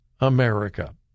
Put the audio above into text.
America